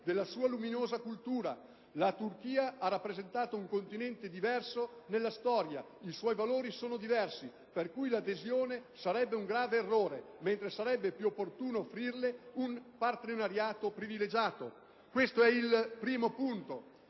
della sua luminosa cultura (...) La Turchia ha rappresentato un continente diverso nella storia e i suoi valori sono diversi, per cui l'adesione sarebbe un grande errore, mentre sarebbe più opportuno offrirle un partenariato privilegiato". Questo è il primo punto.